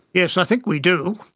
yes, i think we do,